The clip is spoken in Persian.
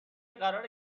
قراره